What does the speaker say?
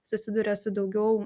susiduria su daugiau